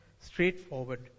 straightforward